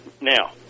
now